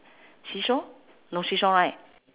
seesaw no seesaw right